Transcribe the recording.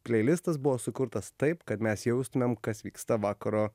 pleilistas buvo sukurtas taip kad mes jaustumėm kas vyksta vakaro